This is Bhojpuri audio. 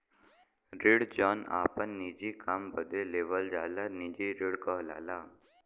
ऋण जौन आपन निजी काम बदे लेवल जाला निजी ऋण कहलाला